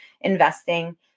investing